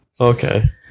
Okay